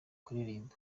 kuririmba